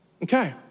Okay